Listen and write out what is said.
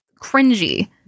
cringy